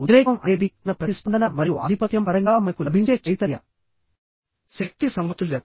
ఉద్రేకం అనేది మన ప్రతిస్పందన మరియు ఆధిపత్యం పరంగా మనకు లభించే చైతన్య భావన ఇది శక్తి సమతుల్యత